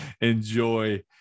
enjoy